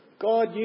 God